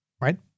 right